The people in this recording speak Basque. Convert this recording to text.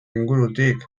ingurutik